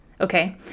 Okay